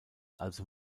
also